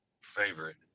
favorite